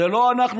זה לא אנחנו,